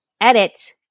edit